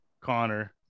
Connor